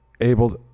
able